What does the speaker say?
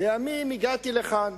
לימים, הגעתי לכאן